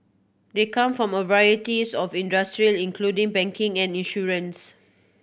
they come from a varieties of industry including banking and insurance